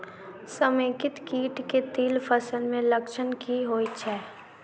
समेकित कीट केँ तिल फसल मे लक्षण की होइ छै?